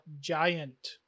giant